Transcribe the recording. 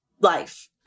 life